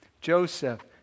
Joseph